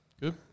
Good